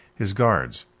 his guards,